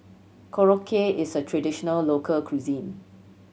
Korokke is a traditional local cuisine